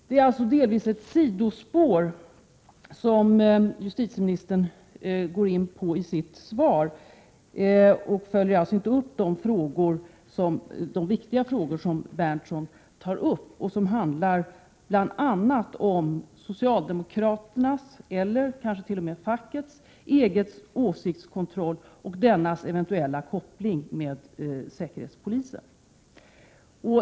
Det är alltså delvis ett sidospår som justitieministern går in på i sitt svar. Hon följer inte upp de viktiga frågor som Nils Berndtson tar upp, som bl.a. handlar om socialdemokraternas eller kansket.o.m. fackets egen åsiktskontroll och dennas eventuella koppling med säkerhetspolisen.